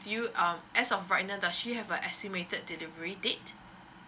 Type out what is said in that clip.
you um as of right now does she have an estimated delivery date